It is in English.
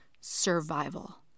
survival